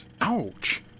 Ouch